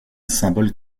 symbole